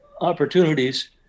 opportunities